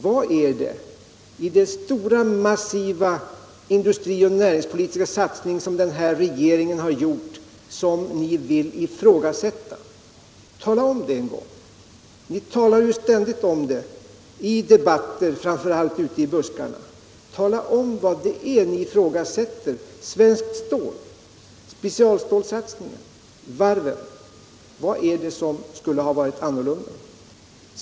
Vad är det i de stora massiva industri och näringspolitiska satsningar som denna regering har gjort som ni vill ifrågasätta? Tala om det! Ni talar ju ständigt om detta i debatter, framför allt ute i buskarna! Tala om vad det är ni ifrågasätter. Är det Svenskt stål, specialstålsatsningen eller varven? Vad är det som skulle ha varit annorlunda”?